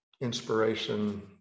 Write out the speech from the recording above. inspiration